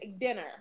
dinner